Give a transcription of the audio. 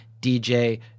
dj